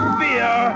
fear